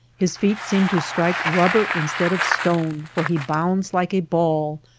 his feet seem to strike rubber in stead of stone for he bounds like a ball,